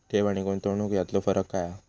ठेव आनी गुंतवणूक यातलो फरक काय हा?